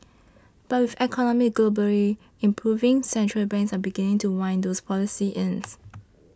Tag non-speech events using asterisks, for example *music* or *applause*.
but with economies globally improving central banks are beginning to wind those policies in *noise*